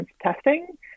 testing